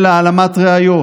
להעלמת ראיות.